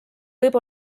võib